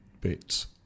bits